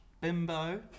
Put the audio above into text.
bimbo